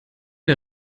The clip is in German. der